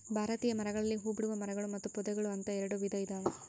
ಭಾರತೀಯ ಮರಗಳಲ್ಲಿ ಹೂಬಿಡುವ ಮರಗಳು ಮತ್ತು ಪೊದೆಗಳು ಅಂತ ಎರೆಡು ವಿಧ ಇದಾವ